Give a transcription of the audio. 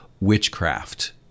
witchcraft